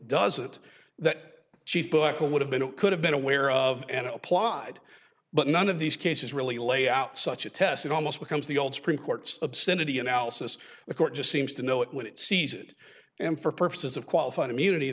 doesn't that chief booker would have been or could have been aware of and applied but none of these cases really lay out such a test it almost becomes the old supreme court's obscenity analysis the court just seems to know it when it sees it and for purposes of qualified immunity